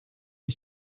est